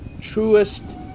truest